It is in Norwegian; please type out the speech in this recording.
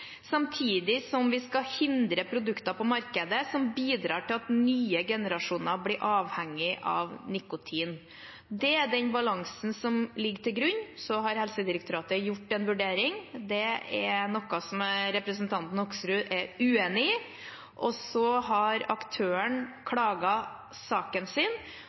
hindre produkter på markedet som bidrar til at nye generasjoner blir avhengige av nikotin, som ligger til grunn. Så har Helsedirektoratet gjort en vurdering. Den er representanten Hoksrud uenig i. Aktøren har klaget på saken sin,